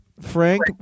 Frank